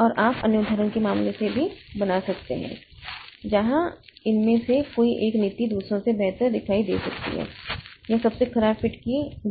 और आप अन्य उदाहरण के मामले भी बना सकते हैं जहाँ इनमें से कोई एक नीति दूसरों से बेहतर दिखाई दे सकती है या सबसे खराब फिट